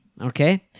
Okay